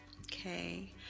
okay